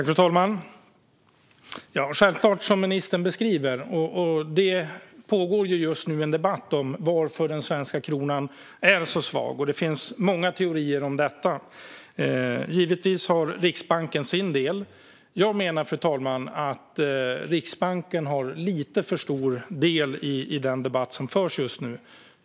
Fru talman! Självklart är det så som ministern beskriver, och det pågår just nu en debatt om varför den svenska kronan är så svag. Det finns många teorier om detta. Givetvis har Riksbanken sin del i detta. Jag menar, fru talman, att Riksbanken har lite för stor del i den debatt som förs just nu.